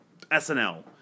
SNL